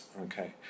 Okay